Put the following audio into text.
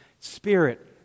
Spirit